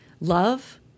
love